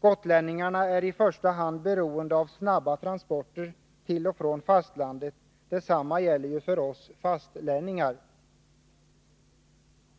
Gotlänningarna är i första hand beroende av snabba transporter till och från fastlandet. Detsamma gäller för oss fastlänningar.